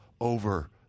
over